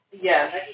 Yes